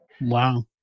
Wow